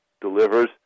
delivers